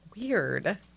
Weird